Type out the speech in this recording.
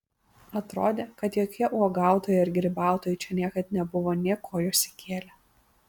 atrodė kad jokie uogautojai ar grybautojai čia niekad nebuvo nė kojos įkėlę